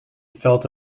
felt